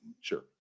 sure